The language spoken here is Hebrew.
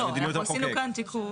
לא, אנחנו עשינו כאן תיקון.